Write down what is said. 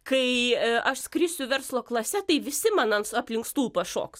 kai aš skrisiu verslo klase tai visi man an aplink stulpą šoks